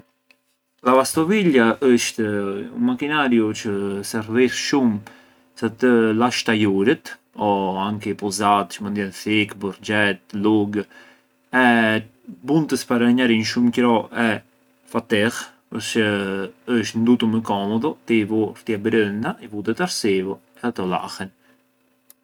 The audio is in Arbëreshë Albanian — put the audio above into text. Lavastovilja është un macchinariu çë servir shumë sa të lash tajurët o anki puzat çë mënd jenë thikë, burxhet, lugë e bunë të sparanjarinj shumë qëro e fatih, përçë isht ndutu më komodu, ti i vu ktie brënda, i vu u detersivu e ato lahen.